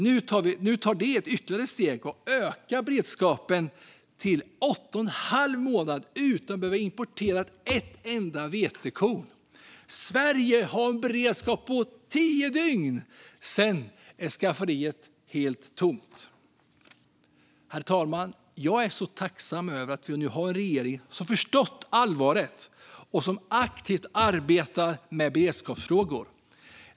Nu tar de ett ytterligare steg och ökar beredskapen till att handla om åtta och en halv månad - under den tiden behöver de inte importera ett enda vetekorn. Sverige har en beredskap för tio dygn. Sedan är skafferiet helt tomt. Herr talman! Jag är så tacksam över att vi nu har en regering som har förstått allvaret och som aktivt arbetar med beredskapsfrågor.